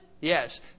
Yes